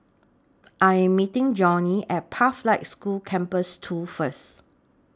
I Am meeting Johnnie At Pathlight School Campus two First